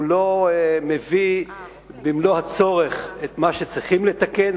הוא לא מביא במלוא הצורך את מה שצריכים לתקן.